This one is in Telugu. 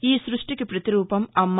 ఈ సృష్టికి ప్రతిరూపం అమ్మ